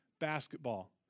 basketball